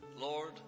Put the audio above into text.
Lord